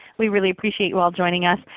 we really appreciate you all joining us.